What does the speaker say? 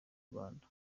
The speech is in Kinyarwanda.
rwanda